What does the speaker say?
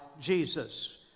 Jesus